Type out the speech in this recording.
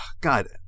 God